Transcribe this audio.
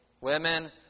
women